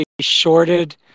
shorted